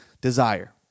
desire